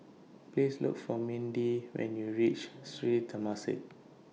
Please Look For Minda when YOU REACH Sri Temasek